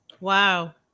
Wow